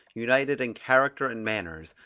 united in character and manners,